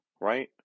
right